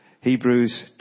Hebrews